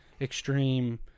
extreme